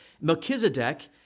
Melchizedek